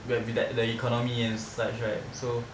where be like the economy and such right so